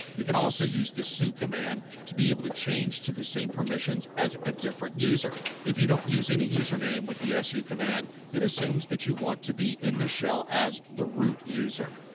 you can also use the su command to be able to change to the same permissions as a different user. if you don't use any user name with the su command, it assumes that you want to be in the shell as the root user.